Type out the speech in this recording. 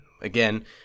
Again